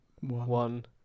one